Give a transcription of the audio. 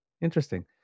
interesting